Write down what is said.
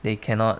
they cannot